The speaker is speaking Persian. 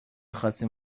خواستین